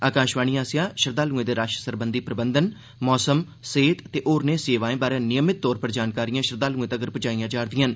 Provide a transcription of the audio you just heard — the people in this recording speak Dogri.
आकाषवाणी आस्सेआ श्रद्दालुएं दे रष सरबंधी प्रबंधन मौसम सेह् ते होरने सेवाएं बारे नियमित तौर पर जानकारियां श्रद्दालुएं तक्कर पजाइयां जा'रदियां न